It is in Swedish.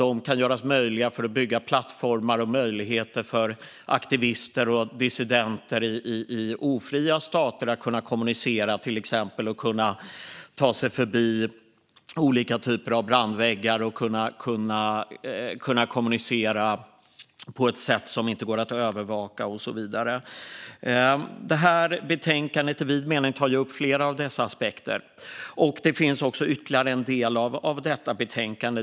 De kan göra det möjligt att bygga plattformar och ge möjligheter för aktivister och dissidenter i ofria stater att ta sig förbi olika typer av brandväggar och kommunicera på ett sätt som inte går att övervaka och så vidare. Detta betänkande tar i vid mening upp flera av dessa aspekter. Det finns ytterligare en del i detta betänkande.